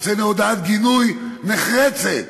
הוצאנו הודעת גינוי נחרצת.